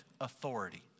authority